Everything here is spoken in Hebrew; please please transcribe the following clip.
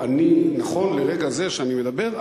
נכון לרגע זה שאני מדבר,